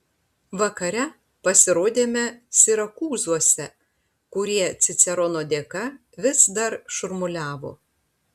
vakare pasirodėme sirakūzuose kurie cicerono dėka vis dar šurmuliavo